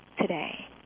today